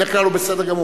בדרך כלל הוא בסדר גמור,